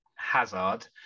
Hazard